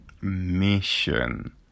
Mission